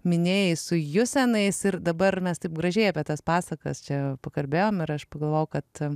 minėjai sujusenais ir dabar mes taip gražiai apie tas pasakas čia pakalbėjome ir aš pagalvojau kad